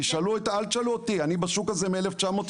תשאלו, אל תשאלו אותי, אני בשוק הזה מ-1998,